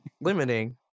limiting